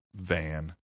Van